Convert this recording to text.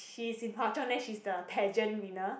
she's in Hwa Chong then she's the pageant winner